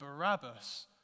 Barabbas